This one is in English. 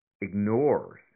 ignores